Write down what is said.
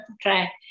try